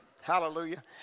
Hallelujah